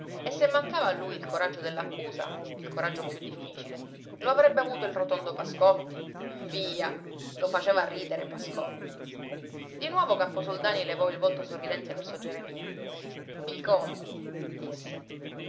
e se mancava a lui il coraggio dell'accusa il coraggio più difficile lo avrebbe avuto il rotondo pascotti via lo faceva ridere pascotti di nuovo camposoldani levò il volto sorridente verso geremia i conti disse